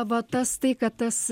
va tas tai kad tas